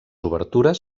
obertures